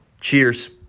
cheers